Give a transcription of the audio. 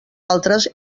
altres